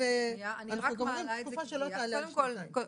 אנחנו גומרים תקופה שלא תעלה על שנתיים.